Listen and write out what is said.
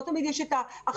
לא תמיד יש את ההכשרה.